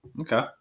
Okay